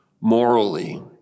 morally